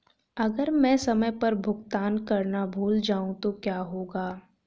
अगर मैं समय पर भुगतान करना भूल जाऊं तो क्या होगा?